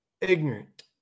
ignorant